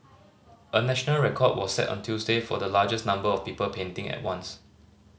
a national record was set on Tuesday for the largest number of people painting at once